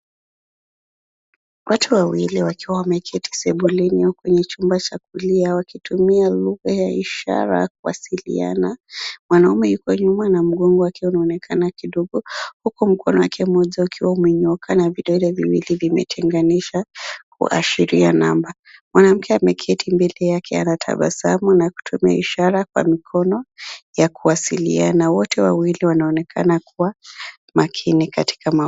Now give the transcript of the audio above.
Watu wawili wakiwa wameketi sebuleni au kwenye chumba cha kulia wakitumia lugha ya ishara kuwasiliana. Mwanaume yuko nyuma na mgongo wake unaonekana kidogo huku mkono wake moja ukiwa umenyooka na vidole viwili vimetenganisha kuashiria namba. Mwanamke ameketi mbele yake anatabasamu na kutumia ishara kwa mikono ya kuwasiliana. Wote wawili wanaonekana kuwa makini.